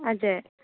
हजुर